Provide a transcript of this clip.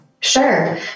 Sure